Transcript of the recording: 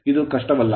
ಇದು ಕಷ್ಟವಲ್ಲ